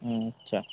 হুম আচ্ছা